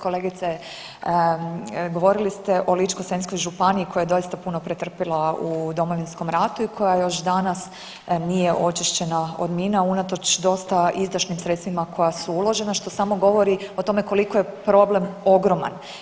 Kolegice, govorili ste o Ličko-senjskoj županiji koja je doista puno pretrpila u Domovinskom ratu i koja je još danas nije očišćena od mina unatoč dosta izdašnim sredstvima koja su uložena što samo govori o tome koliko je problem ogroman.